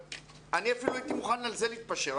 אני אפילו הייתי מוכן על זה להתפשר,